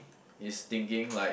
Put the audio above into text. his thinking like